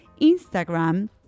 instagram